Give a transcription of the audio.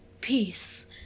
Peace